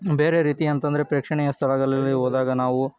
ಬೇರೆ ರೀತಿ ಅಂತ ಅಂದ್ರೆ ಪ್ರೇಕ್ಷಣೀಯ ಸ್ಥಳಗಳಲ್ಲಿ ಹೋದಾಗ ನಾವು